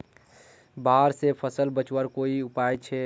बाढ़ से फसल बचवार कोई उपाय छे?